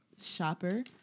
shopper